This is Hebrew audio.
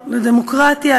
לדמוקרטיה,